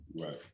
Right